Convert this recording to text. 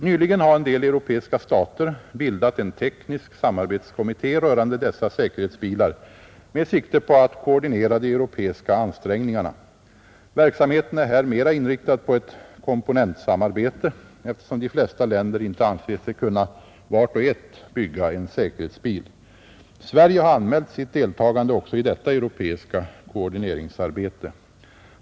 Nyligen har en del europeiska stater bildat en teknisk samarbetskommitté rörande dessa säkerhetsbilar med sikte på att koordinera de europeiska ansträngningarna. Verksamheten är här mera inriktad på ett komponentsamarbete, eftersom de flesta länder inte anser sig kunna vart och ett bygga en säkerhetsbil. Sverige har anmält sitt deltagande också i detta europeiska koordineringsarbete.